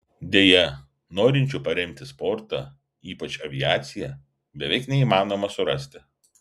deja norinčių paremti sportą ypač aviaciją beveik neįmanoma surasti